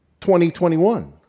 2021